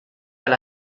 alla